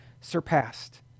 surpassed